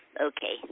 Okay